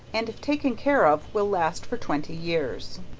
and if taken care of will last for twenty years.